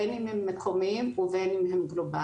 בין אם הם מקומיים ובין אם הם גלובליים.